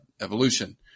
evolution